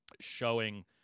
showing